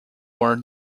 are